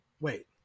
Wait